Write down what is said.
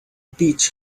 beach